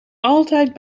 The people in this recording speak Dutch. altijd